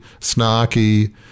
snarky